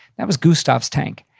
that was gustav's tank.